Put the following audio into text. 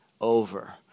over